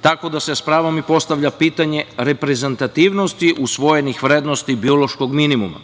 tako da se s pravom postavlja pitanje reprezentativnosti usvojenih vrednosti biološkog minimuma,